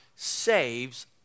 saves